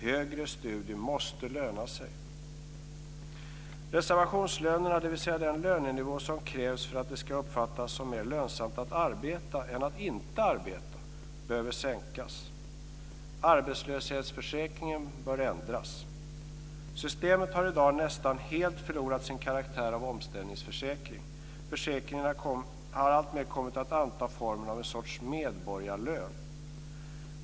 Högre studier måste löna sig. Reservationslönerna - dvs. den lönenivå som krävs för att det ska uppfattas som mer lönsamt att arbeta än att inte arbeta - behöver sänkas. Arbetslöshetsförsäkringen bör ändras. Systemet har i dag nästan helt förlorat sin karaktär av omställningsförsäkring. Försäkringarna har alltmer kommit att anta formen av en sorts medborgarlön.